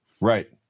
Right